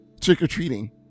trick-or-treating